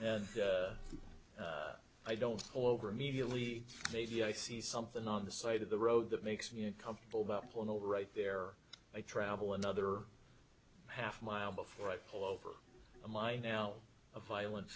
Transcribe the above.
and i don't over immediately maybe i see something on the side of the road that makes me uncomfortable about pulling over right there i travel another half mile before i pull over my now a violen